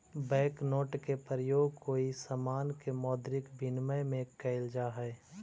bank note के प्रयोग कोई समान के मौद्रिक विनिमय में कैल जा हई